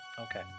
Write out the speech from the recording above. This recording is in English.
Okay